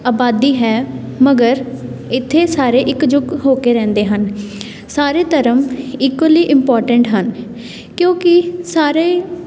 ਆਬਾਦੀ ਹੈ ਮਗਰ ਇੱਥੇ ਸਾਰੇ ਇੱਕ ਜੁੱਟ ਹੋ ਕੇ ਰਹਿੰਦੇ ਹਨ ਸਾਰੇ ਧਰਮ ਇਕੁਅਲੀ ਇਮਪੋਰਟੈਂਟ ਹਨ ਕਿਉਂਕਿ ਸਾਰੇ